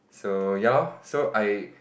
so ya lor so I